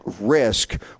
risk